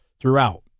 throughout